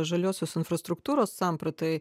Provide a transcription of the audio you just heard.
žaliosios infrastruktūros sampratai